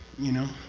you know?